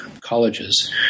colleges